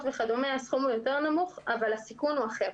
וכדומה הסכום נמוך יותר אבל הסיכון אחר.